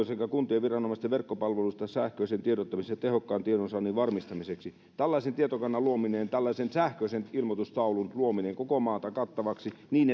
sekä kuntien viranomaisten verkkopalvelualustaa sähköisen tiedottamisen ja tehokkaan tiedonsaannin varmistamiseksi tavoitteena on tällaisen tietokannan luominen ja tällaisen sähköisen ilmoitustaulun luominen koko maan kattavaksi niin